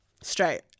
Straight